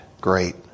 great